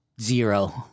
Zero